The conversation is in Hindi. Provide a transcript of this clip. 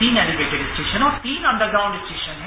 तीन ऐलिवेटिड स्टेशन और तीन अंडरग्राउंड स्टेशन हैं